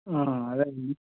అదే అండి